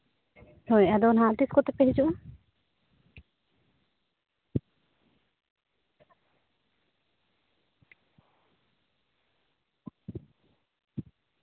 ᱦᱮᱸ ᱟᱫᱚ ᱱᱟᱦᱟᱸᱜ ᱛᱤᱥ ᱠᱚᱛᱮ ᱯᱮ ᱦᱤᱡᱩᱜᱼᱟ